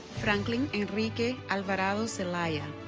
franklin enrique alvarado zelaya